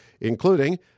including